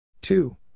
Two